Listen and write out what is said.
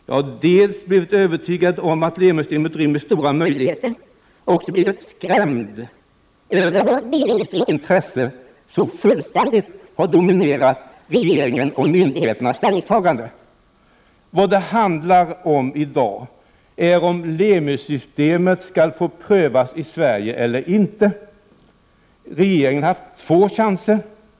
Jag har blivit övertygad om att Lemi-systemet rymmer stora möjligheter, men jag har också blivit skrämd av hur bilindu strins intresse så fullständigt har dominerat regeringens och myndigheternas ställningstagande. Vad det i dag handlar om är om Lemi-systemet skall få prövas i Sverige eller inte. Regeringen har haft två chanser i detta sammanhang.